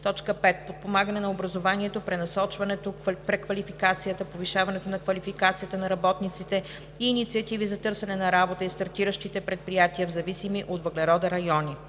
връзки; 5. подпомагане на образованието, пренасочването, преквалификацията, повишаването на квалификацията на работниците и инициативи за търсене на работа и стартиращите предприятия в зависими от въглерода райони;